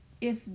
If